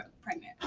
pregnant